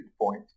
point